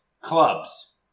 clubs